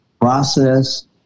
process